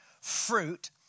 fruit